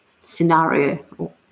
scenario